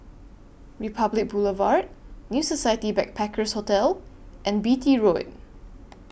Republic Boulevard New Society Backpackers' Hotel and Beatty Road